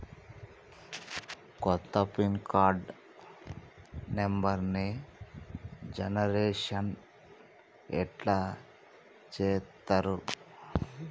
కొత్త pin card నెంబర్ని generation ఎట్లా చేత్తరు?